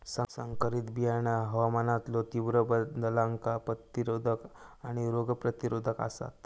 संकरित बियाणा हवामानातलो तीव्र बदलांका प्रतिरोधक आणि रोग प्रतिरोधक आसात